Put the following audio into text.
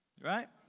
Right